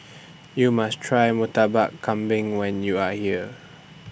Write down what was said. YOU must Try Murtabak Kambing when YOU Are here